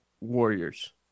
Warriors